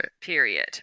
period